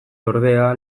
ordea